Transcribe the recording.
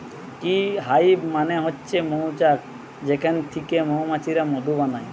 bee hive মানে হচ্ছে মৌচাক যেখান থিকে মৌমাছিরা মধু বানায়